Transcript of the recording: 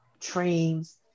trains